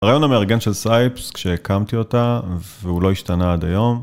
הרעיון המארגן של סייפס כשהקמתי אותה והוא לא השתנה עד היום